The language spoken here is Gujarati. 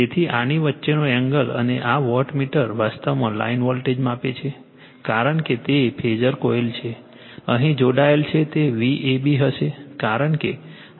તેથી આની વચ્ચેનો એંગલ અને આ વોટમીટર વાસ્તવમાં લાઇન વોલ્ટેજ માપે છે કારણ કે તે ફેઝર કોઇલ છે અહીં જોડાયેલ છે તે Vab હશે કારણ કે આમાંથી વહેતો કરંટ Ia છે